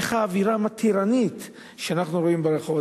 איך האווירה המתירנית שאנחנו רואים ברחוב,